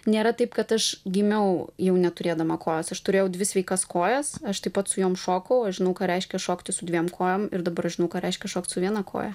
nėra taip kad aš gimiau jau neturėdama kojos aš turėjau dvi sveikas kojas aš taip pat su jom šokau aš žinau ką reiškia šokti su dviem kojom ir dabar aš žinau ką reiškia šokti su viena koja